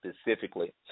specifically